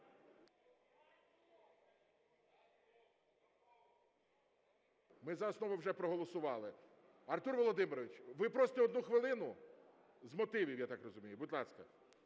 Ми за основу вже проголосували. Артур Володимирович, ви просите одну хвилину з мотивів, я так розумію? Будь ласка,